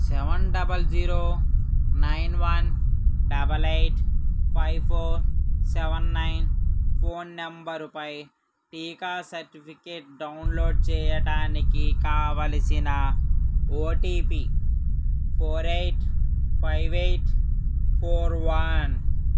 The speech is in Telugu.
seven double zero nine one double eight five four seven nine phone నంబరుపై టీకా సర్టిఫికేట్ డౌన్లోడ్ చేయడానికి కావలసిన OTP four eight five eight four one